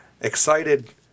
Excited